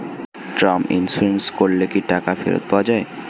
Term insurance করলে কি টাকা ফেরত পাওয়া যায়?